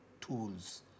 tools